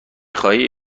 خواهی